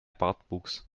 bartwuchs